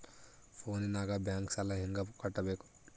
ಫೋನಿನಾಗ ಬ್ಯಾಂಕ್ ಸಾಲ ಹೆಂಗ ಕಟ್ಟಬೇಕು?